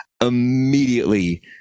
immediately